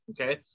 okay